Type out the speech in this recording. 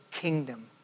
kingdom